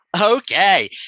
okay